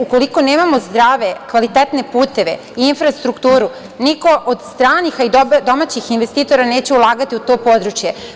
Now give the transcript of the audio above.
Ukoliko nemamo zdrave, kvalitetne puteve i infrastrukturu niko od stranih i domaćih investitora neće ulagati u to područje.